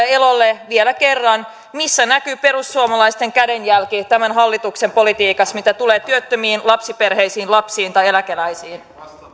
elolle vielä kerran missä näkyy perussuomalaisten kädenjälki tämän hallituksen politiikassa mitä tulee työttömiin lapsiperheisiin lapsiin tai eläkeläisiin